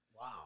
Wow